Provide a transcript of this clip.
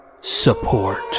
support